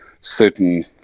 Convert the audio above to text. certain